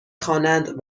خوانند